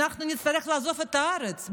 אנחנו נצטרך לעזוב את הארץ.